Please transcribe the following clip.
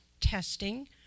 testing